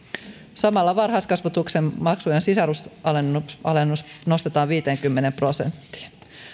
samalla varhaiskasvatuksen maksujen sisarusalennus nostetaan viiteenkymmeneen prosenttiin